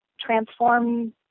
transform